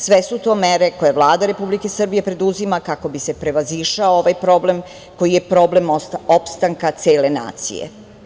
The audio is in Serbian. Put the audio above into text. Sve su to mere koje Vlada Republike Srbije preduzima kako bi se prevazišao ovaj problem koji je problem opstanka cele nacije.